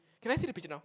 can I see the picture now